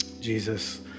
Jesus